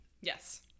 Yes